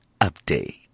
update